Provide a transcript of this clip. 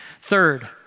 Third